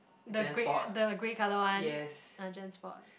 the grey the grey colour one I just bought